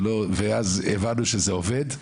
ואז הבנו שזה עובד,